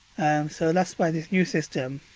so that's why this new system.